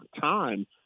time